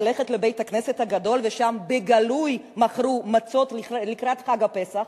ללכת לבית-הכנסת הגדול ושם בגלוי מכרו מצות לקראת חג הפסח.